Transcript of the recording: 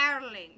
darling